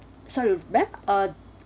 sorry back uh